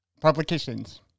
publications